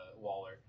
Waller